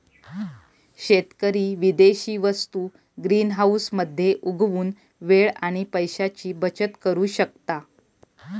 शेतकरी विदेशी वस्तु ग्रीनहाऊस मध्ये उगवुन वेळ आणि पैशाची बचत करु शकता